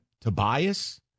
Tobias